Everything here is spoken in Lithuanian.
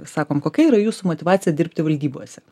sakom kokia yra jūsų motyvacija dirbti valdybose